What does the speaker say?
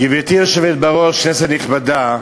גברתי היושבת בראש, כנסת נכבדה,